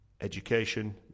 education